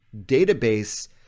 database